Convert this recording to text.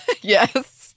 Yes